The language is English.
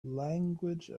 language